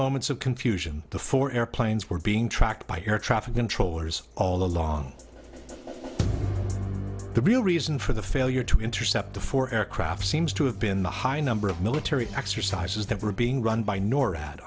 moments of confusion the four airplanes were being tracked by air traffic controllers all along the real reason for the failure to intercept the four aircraft seems to have been the high number of military exercises that were being run by nor